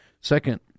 Second